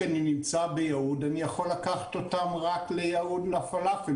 שאני נמצא ביהוד אני יכול לקחת אותם רק לפלאפל ביהוד,